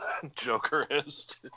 Jokerist